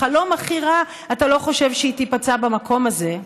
בחלום הכי רע אתה לא חושב שהיא תיפצע במקום הזה,